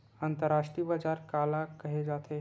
अंतरराष्ट्रीय बजार काला कहे जाथे?